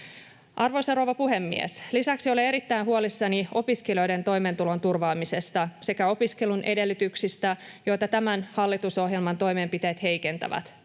Arvoisa rouva puhemies! Lisäksi olen erittäin huolissani opiskelijoiden toimeentulon turvaamisesta sekä opiskelun edellytyksistä, joita tämän hallitusohjelman toimenpiteet heikentävät.